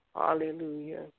Hallelujah